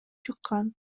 чыккан